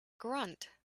grunt